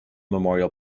memorial